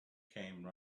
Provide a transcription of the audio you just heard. came